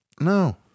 no